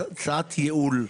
הצעת ייעול.